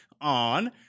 on